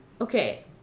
okay